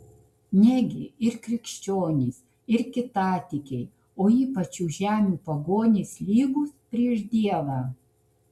negi ir krikščionys ir kitatikiai o ypač šių žemių pagonys lygūs prieš dievą